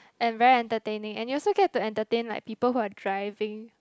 and very entertaining and you also get to entertain like people who are driving